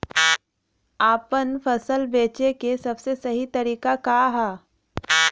आपन फसल बेचे क सबसे सही तरीका का ह?